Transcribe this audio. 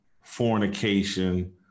fornication